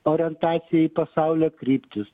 orientacija į pasaulio kryptis